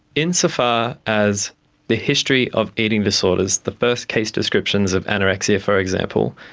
in so far as the history of eating disorders, the first case descriptions of anorexia, for example,